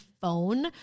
phone